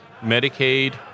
Medicaid